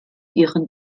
ihren